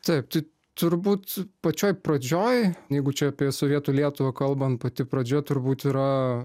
taip tai turbūt pačioj pradžioj jeigu čia apie sovietų lietuvą kalbant pati pradžia turbūt yra